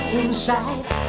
inside